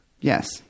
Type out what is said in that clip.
Yes